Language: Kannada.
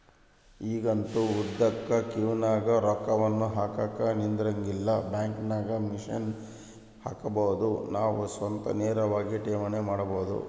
ಈಗಂತೂ ಉದ್ದುಕ ಕ್ಯೂನಗ ರೊಕ್ಕವನ್ನು ಹಾಕಕ ನಿಂದ್ರಂಗಿಲ್ಲ, ಬ್ಯಾಂಕಿನಾಗ ಮಿಷನ್ಗೆ ಹಾಕಬೊದು ನಾವು ಸ್ವತಃ ನೇರವಾಗಿ ಠೇವಣಿ ಮಾಡಬೊದು